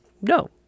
no